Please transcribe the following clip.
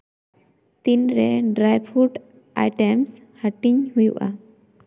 ᱛᱤᱱᱨᱮ dry fruit items ᱦᱟᱹᱴᱤᱧ ᱦᱩᱭᱩᱜᱼᱟ